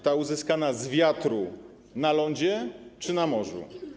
Ta uzyskana z wiatru na lądzie czy na morzu?